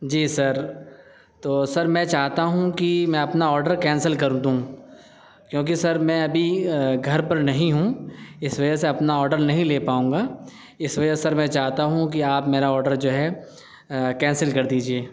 جی sir تو sir میں چاہتا ہوں کہ میں اپنا آڈر کینسل کر دوں کیونکہ سر میں ابھی گھر پر نہیں ہوں اس وجہ سے اپنا آڈر نہیں لے پاؤں گا اس وجہ سر میں چاہتا ہوں کہ آپ میرا آڈر جو ہے کینسل کر دیجیے